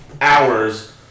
hours